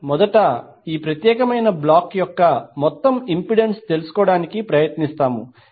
మనము మొదట ఈ ప్రత్యేకమైన బ్లాక్ యొక్క మొత్తం ఇంపెడెన్స్ తెలుసుకోవడానికి ప్రయత్నిస్తాము